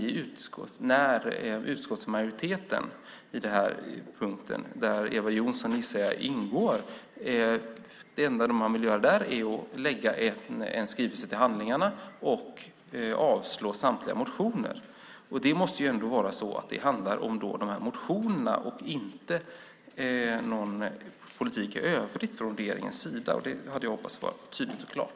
Det enda utskottsmajoriteten - där jag gissar att Eva Johnsson ingår - på den punkten vill är att en skrivelse ska läggas till handlingarna och att samtliga motioner ska avslås. Det måste väl då vara så att det handlar om motionerna, inte om politiken i övrigt från regeringens sida. Det hade jag hoppats skulle bli tydligt och klart.